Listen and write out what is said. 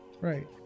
Right